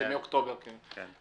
היו"ר עבד אל חכים חאג' יחיא: נכון,